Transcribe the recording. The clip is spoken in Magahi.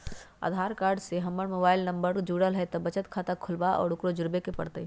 आधार कार्ड से हमर मोबाइल नंबर न जुरल है त बचत खाता खुलवा ला उकरो जुड़बे के पड़तई?